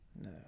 No